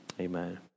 Amen